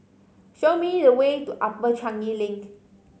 show me the way to Upper Changi Link